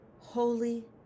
holy